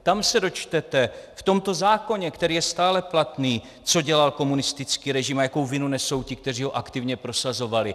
Tam se dočtete, v tomto zákoně, který je stále platný, co dělal komunistický režim a jakou vinu nesou ti, kteří ho aktivně prosazovali.